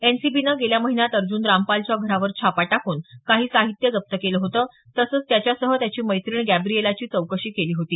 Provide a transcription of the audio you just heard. एनसीबीनं गेल्या महिन्यात अर्जून रामपालच्या घरावर छापा टाकून काही साहित्य जप्त केलं होतं तसंच त्याच्यासह त्याची मैत्रीण गॅब्रिएलाची चौकशी केली होती